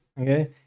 Okay